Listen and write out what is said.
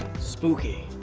spooky.